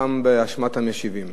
פעם באשמת המשיבים.